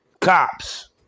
Cops